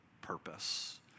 purpose